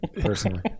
personally